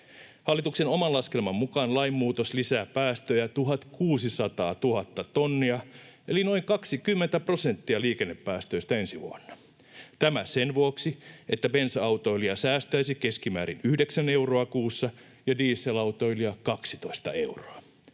Hallituksen oman laskelman mukaan lainmuutos lisää päästöjä 1 600 tuhatta tonnia eli noin 20 prosenttia liikennepäästöistä ensi vuonna. Tämä sen vuoksi, että bensa-autoilija säästäisi keskimäärin 9 euroa kuussa ja dieselautoilija 12 euroa.